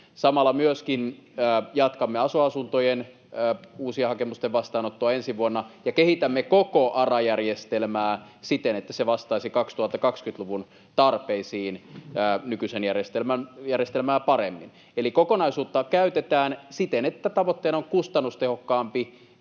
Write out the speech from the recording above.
Samalla myöskin jatkamme aso-asuntojen uusien hakemusten vastaanottoa ensi vuonna ja kehitämme koko ARA-järjestelmää siten, että se vastaisi 2020-luvun tarpeisiin nykyistä järjestelmää paremmin. Eli kokonaisuutta käytetään siten, että tavoitteena on kustannustehokkaampi,